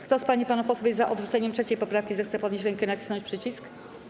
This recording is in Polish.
Kto z pań i panów posłów jest za odrzuceniem 3. poprawki, zechce podnieść rękę i nacisnąć przycisk.